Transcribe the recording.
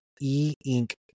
E-Ink